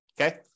Okay